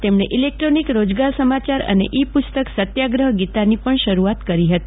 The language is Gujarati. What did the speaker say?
તેમણે ઇલેક્ટ્રોનિક રોજગાર સમાચાર અને ઇ પુસ્તક સત્યાગ્રહ ગીતાની પણ શરૂઆત કરી હતી